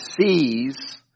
sees